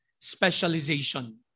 specialization